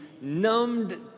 numbed